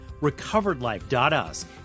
recoveredlife.us